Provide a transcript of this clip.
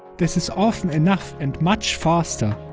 this is often enough and much faster.